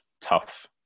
tough